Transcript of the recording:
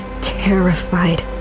terrified